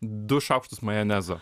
du šaukštus majonezo